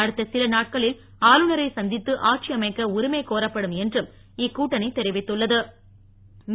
அடுத்த சில நாட்களில் ஆளுநரை சந்தித்து ஆட்சி அமைக்க உரிமை கோ ரப்படும் என்றும் இக்கூட்டணி தெரிவித்துள்ள து